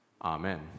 Amen